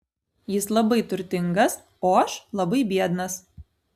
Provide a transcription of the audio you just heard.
jis labai turtingas o aš labai biednas